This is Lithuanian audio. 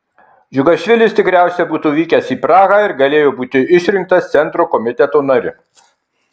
džiugašvilis tikriausiai būtų vykęs į prahą ir galėjo būti išrinktas centro komiteto nariu